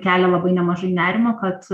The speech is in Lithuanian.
kelia labai nemažai nerimo kad